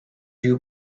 you